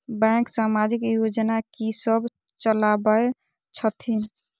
Bank समाजिक योजना की सब चलावै छथिन?